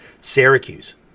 Syracuse